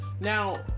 Now